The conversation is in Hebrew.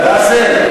באסל,